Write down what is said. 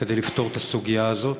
כדי לפתור את הסוגיה הזאת.